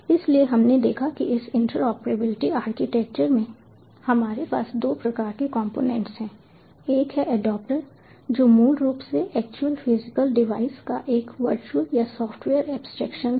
इसलिए हमने देखा है कि इस इंटरऑपरेबिलिटी आर्किटेक्चर में हमारे पास दो प्रकार के कंपोनेंट्स हैं एक है एडेप्टर जो मूल रूप से एक्चुअल फिजिकल डिवाइस का एक वर्चुअल या सॉफ्टवेयर एब्स्ट्रैक्शन है